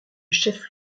chef